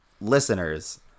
listeners